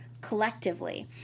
collectively